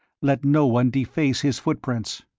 let no one deface his footprints.